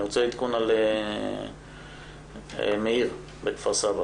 אני רוצה עדכון על מאיר בכפר סבא.